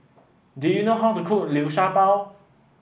do you know how to cook Liu Sha Bao